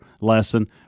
lesson